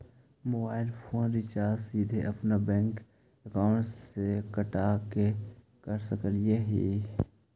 Mobile phone recharge सीधे अपन bank account से कटा के कर सकली ही?